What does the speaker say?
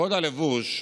קוד הלבוש,